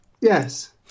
Yes